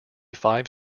five